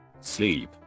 Sleep